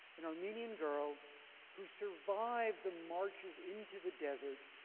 an armenian girl who survived the marches into the desert,